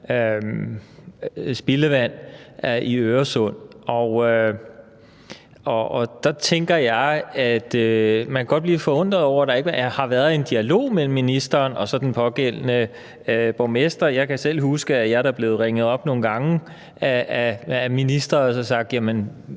at man godt kan blive lidt forundret over, at der ikke har været en dialog mellem ministeren og den pågældende borgmester. Jeg kan huske, at jeg da er blevet ringet op nogle gange af en minister, der